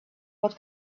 what